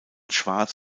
schwartz